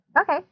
okay